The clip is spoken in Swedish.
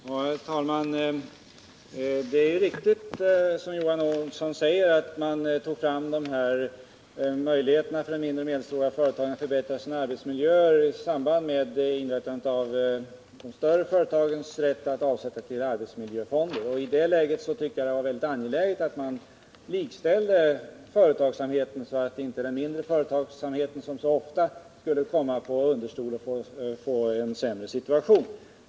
Herr talman! Det är riktigt som Johan Olsson säger att när AG-lånen infördes för att förbättra arbetsmiljön för de mindre och medelstora företagen skedde detta i samband med tillkomsten av de större företagens rätt att avsätta pengar till arbetsmiljöfonder. I det läget tyckte jag att det var angeläget att man likställde företagsamheten, så att inte den mindre företagsamheten som så ofta förr skulle komma att försättas i en sämre situation.